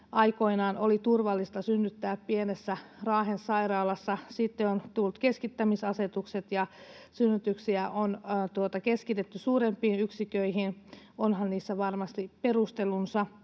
aikoinaan oli turvallista synnyttää pienessä Raahen sairaalassa. Sitten on tullut keskittämisasetukset ja synnytyksiä on keskitetty suurempiin yksiköihin. Onhan niissä varmasti perustelunsa